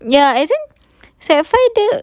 ya is it sec five ke